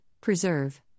preserve